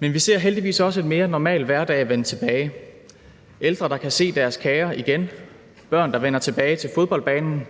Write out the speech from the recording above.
Men vi ser heldigvis også en mere normal hverdag vende tilbage: ældre, der kan se deres kære igen; børn, der vender tilbage til fodboldbanen;